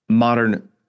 Modern